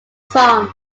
song